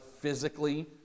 physically